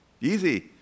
Easy